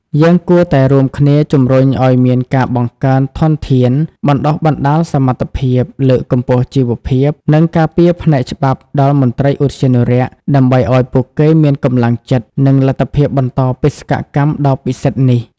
យើងគួរតែរួមគ្នាជំរុញឲ្យមានការបង្កើនធនធាន បណ្តុះបណ្តាលសមត្ថភាព លើកកម្ពស់ជីវភាព និងការពារផ្នែកច្បាប់ដល់មន្ត្រីឧទ្យានុរក្ស ដើម្បីឲ្យពួកគេមានកម្លាំងចិត្ត និងលទ្ធភាពបន្តបេសកកម្មដ៏ពិសិដ្ឋនេះ។